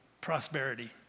prosperity